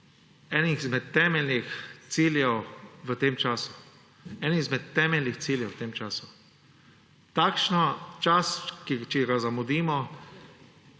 Eden izmed temeljnih ciljev v tem času! Takšen čas, če ga zamudimo,